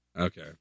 Okay